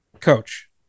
Coach